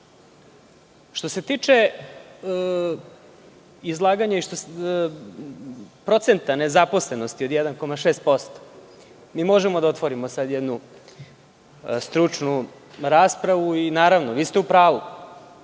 se tiče procenta nezaposlenosti od 1,6%, mi možemo da otvorimo sada jednu stručnu raspravu i naravno, vi ste u pravu.